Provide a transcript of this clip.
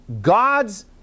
God's